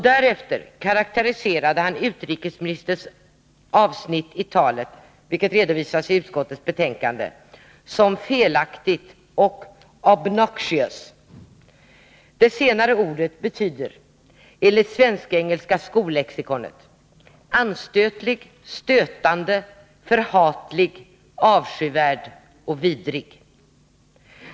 Därefter karakteriserade han ett avsnitt i utrikesministerns tal, vilket redovisas i utskottets betänkande, som felaktigt och ”obnoxious”. Det senare ordet betyder enligt det svensk-engelska skollexikonet ”anstötlig, stötande, förhatlig, avskyvärd och vidrig”.